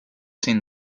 sin